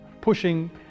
pushing